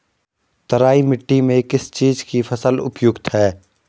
तराई मिट्टी में किस चीज़ की फसल उपयुक्त है?